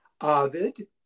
Ovid